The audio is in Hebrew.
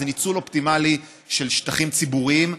זה ניצול אופטימלי של שטחים ציבוריים.